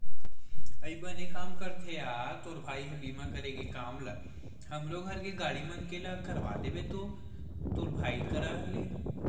अई बने काम करथे या तोर भाई ह बीमा करे के काम ल हमरो घर के गाड़ी मन के ला करवा देबे तो तोर भाई करा ले